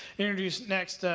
introduce next,